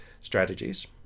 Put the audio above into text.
strategies